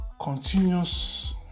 continuous